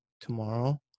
tomorrow